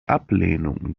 ablehnung